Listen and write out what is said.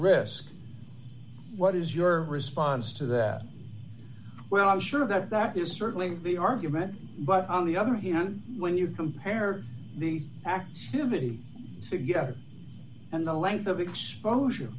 risk what is your response to that well i'm sure that that is certainly the argument but on the other hand when you compare the activity together and the length of exposure